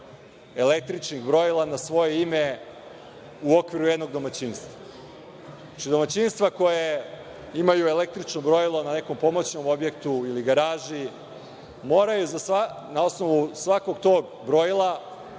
električnih brojila na svoje ime u okviru jednog domaćinstva. Znači, domaćinstva koja imaju električno brojilo na nekom pomoćnom objektu ili garaži, moraju na osnovu svakog tog brojila